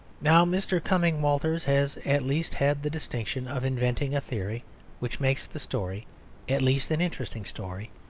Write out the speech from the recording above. now, mr. cumming walters has at least had the distinction of inventing a theory which makes the story at least an interesting story,